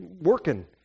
working